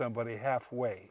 somebody halfway